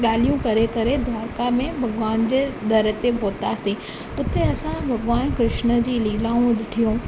ॻाल्हियूं करे करे द्वारका में भगवान जे दर ते पहुतासीं हुते असां भॻिवान कृष्ण जी लीलाऊं ॾिठियूं